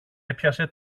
έπιασε